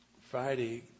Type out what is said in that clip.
Friday